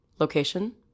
Location